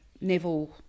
Neville